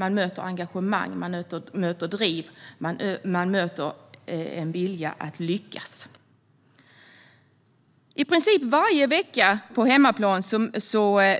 Vi möter engagemang, driv och en vilja att lyckas. I princip varje vecka på hemmaplan